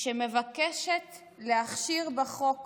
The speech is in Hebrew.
שמבקשת להכשיר בחוק